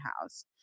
house